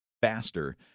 faster